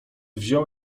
wziął